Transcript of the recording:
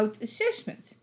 assessment